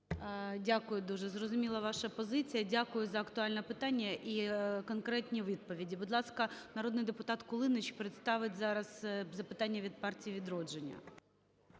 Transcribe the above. Дякую дуже. Зрозуміла ваша позиція, дякую за актуальне питання і конкретні відповіді. Будь ласка, народний депутат Кулініч представить зараз запитання від "Партії "Відродження".